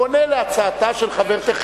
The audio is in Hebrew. הוא עונה להצעתה של חברתכם,